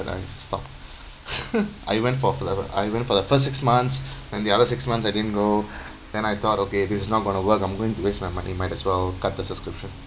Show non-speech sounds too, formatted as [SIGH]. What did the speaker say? I stopped [BREATH] [LAUGHS] I went for the I went for the first six months and the other six months I didn't go [BREATH] then I thought okay this is not going to work I'm going to waste my money might as well cut the subscription